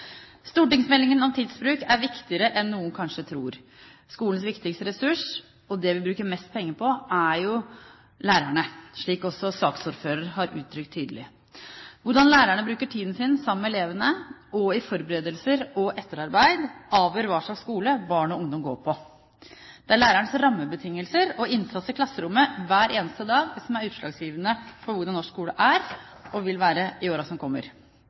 Stortingsmeldingen om tidsbruk er viktigere enn noen kanskje tror. Skolens viktigste ressurs og det vi bruker mest penger på, er jo lærerne, slik også saksordføreren har uttrykt tydelig. Hvordan lærerne bruker tiden sin sammen med elevene og i forberedelser og etterarbeid, avgjør hva slags skole barn og ungdom går på. Det er lærerens rammebetingelser og innsats i klasserommet hver eneste dag som er utslagsgivende for hvordan norsk skole er, og vil være, i årene som kommer.